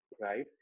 Right